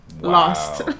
lost